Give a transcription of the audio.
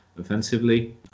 offensively